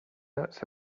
nuts